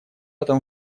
этом